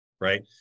right